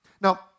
Now